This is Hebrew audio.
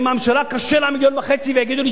אם לממשלה קשה מיליון וחצי ויגידו לי,